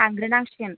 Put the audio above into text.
थांग्रोनांसिगोन उम